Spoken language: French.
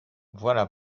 voilà